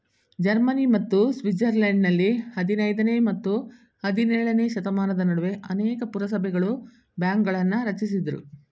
Germany ಮತ್ತು ಸ್ವಿಟ್ಜರ್ಲೆಂಡ್ನಲ್ಲಿ ಹದಿನೈದನೇ ಮತ್ತು ಹದಿನೇಳನೇಶತಮಾನದ ನಡುವೆ ಅನೇಕ ಪುರಸಭೆಗಳು ಬ್ಯಾಂಕ್ಗಳನ್ನ ರಚಿಸಿದ್ರು